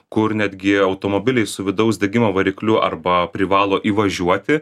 kur netgi automobiliai su vidaus degimo varikliu arba privalo įvažiuoti